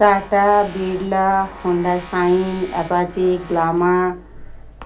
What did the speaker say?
tata Birla Honda Shine Apache Glamour